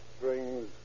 strings